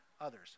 others